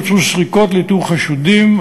בוצעו סריקות לאיתור חשודים,